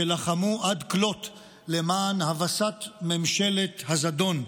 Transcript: שלחמו עד כלות למען הבסת ממשלת הזדון.